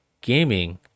gaming